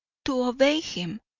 to obey him,